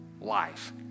life